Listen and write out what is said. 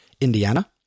Indiana